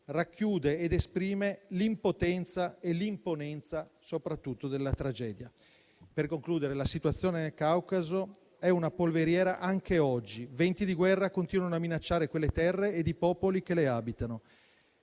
racchiude ed esprime l'impotenza e l'imponenza soprattutto della tragedia. Per concludere, la situazione nel Caucaso è una polveriera anche oggi. Venti di guerra continuano a minacciare quelle terre ed i popoli che le abitano.